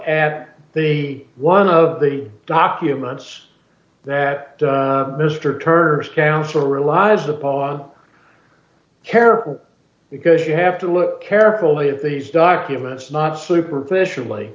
at the one of the documents that mr terse counsel relies upon careful because you have to look carefully at these documents not superficially